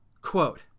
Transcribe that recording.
Quote